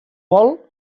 vol